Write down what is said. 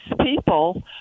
people